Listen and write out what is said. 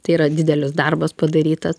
tai yra didelis darbas padarytas